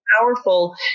powerful